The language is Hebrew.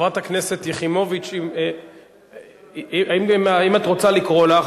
חברת הכנסת יחימוביץ, האם את רוצה לקרוא לה?